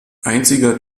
einziger